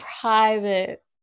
private